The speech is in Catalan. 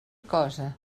cosa